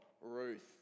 Ruth